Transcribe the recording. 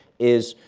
is